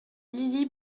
lili